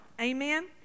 Amen